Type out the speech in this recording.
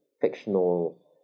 fictional